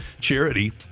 charity